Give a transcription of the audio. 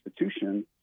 institution